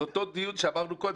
זה אותו דיון קודם.